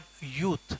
youth